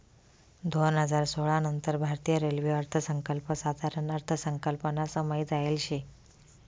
दोन हजार सोळा नंतर भारतीय रेल्वे अर्थसंकल्प साधारण अर्थसंकल्पमा समायी जायेल शे